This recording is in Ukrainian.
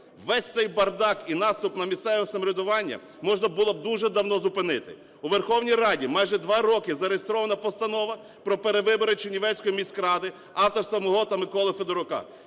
Весь цей бардак і наступ на місцеве самоврядування можна було б дуже давно зупинити. У Верховній Раді майже 2 роки зареєстрована Постанова про перевибори Чернівецької міськради, авторства мого та Миколи Федорука.